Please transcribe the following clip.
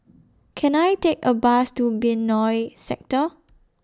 Can I Take A Bus to Benoi Sector